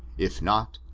if not,